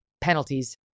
penalties